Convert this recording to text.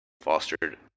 fostered